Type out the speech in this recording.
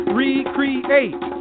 recreate